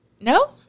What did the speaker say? No